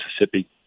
Mississippi